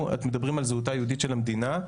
אתם מדברים על זהותה היהודית של המדינה,